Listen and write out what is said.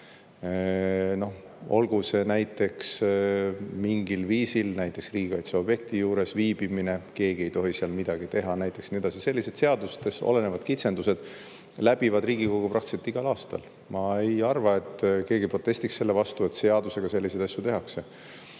olgu see näiteks mingil viisil riigikaitseobjekti juures viibimine, keegi ei tohi seal midagi teha, ja nii edasi. Sellised seadustes olevad kitsendused läbivad Riigikogu praktiliselt igal aastal. Ma ei arva, et keegi protestiks selle vastu, et seaduse alusel selliseid asju tehakse.